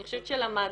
אני חושבת שלמדנו.